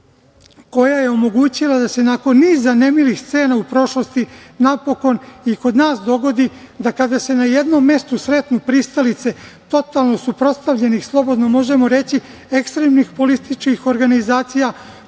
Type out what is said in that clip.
koja je omogućila da se nakon niza nemilih scena u prošlosti napokon i kod nas dogodi da kada se na jednom mestu sretnu pristalice totalno suprotstavljenih, slobodno možemo reći ekstremnih političkih organizacija,